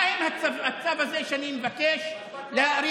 מה עם הצו הזה שאני מבקש להאריך?